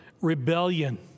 rebellion